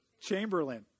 Chamberlain